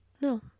No